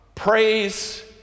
Praise